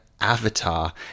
Avatar